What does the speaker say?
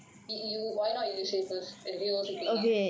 see you why not you say first எதையும் யோசிக்கல நான்:ethaiyum yosikala naan